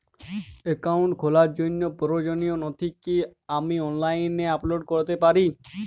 Account খোলার জন্য প্রয়োজনীয় নথি কি আমি অনলাইনে আপলোড করতে পারি?